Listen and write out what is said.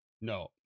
No